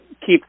keep